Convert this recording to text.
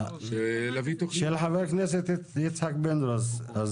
של חבר הכנסת יצחק פינדרוס?